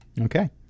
Okay